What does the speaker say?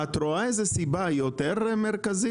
את רואה איזו סיבה יותר מרכזית?